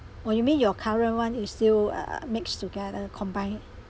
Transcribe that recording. or you mean your current one is still ugh mixed together combine